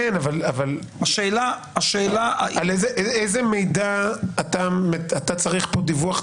כן, אבל על איזה מידע אתה צריך פה דיווח?